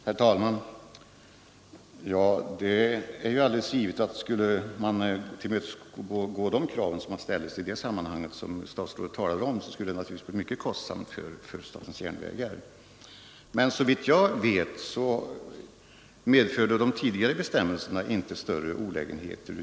hundar på tåg Herr talman! Det är alldeles givet att skulle man tillmötesgå de krav som ställdes i det sammanhang som statsrådet talade om skulle det bli mycket kostsamt för statens järnvägar. Men såvitt jag vet medförde de tidigare bestämmelserna inte större olägenheter.